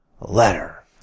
letter